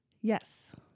Yes